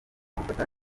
gufata